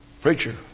Preacher